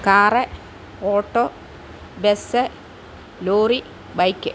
car auto bus lorry bike